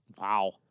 Wow